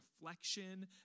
reflection